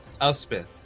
Elspeth